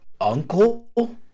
uncle